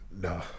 No